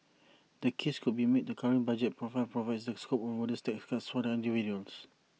the case could be made that the current budget profile provides the scope for modest tax cuts for the individuals